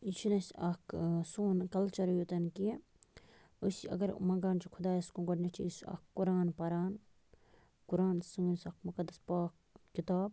یہِ چھِنہٕ اَسہِ اَکھ سون کَلچَر یوٚتَن کیٚنٛہہ أسۍ اگر منٛگان چھِ خۄدایَس کُن گۄڈٕنٮ۪تھ چھِ أسۍ اَکھ قران پَران قران سٲنۍ سُہ اَکھ مُقدَس پاک کِتاب